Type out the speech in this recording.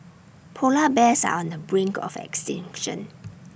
Polar Bears are on the brink of extinction